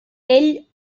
ell